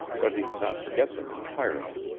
but he could not forget them entirely.